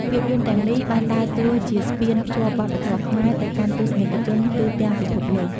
ភាពយន្តទាំងនេះបានដើរតួជាស្ពានភ្ជាប់វប្បធម៌ខ្មែរ ទៅកាន់ទស្សនិកជនទូទាំងពិភពលោក។